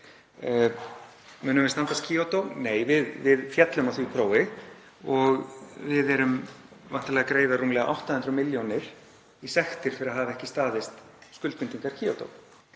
Munum við standast Kyoto? Nei. Við féllum á því prófi og við erum væntanlega að greiða rúmlega 800 milljónir í sektir fyrir að hafa ekki staðist skuldbindingar Kyoto